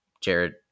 Jared